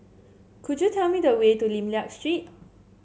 could you tell me the way to Lim Liak Street